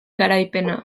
garaipena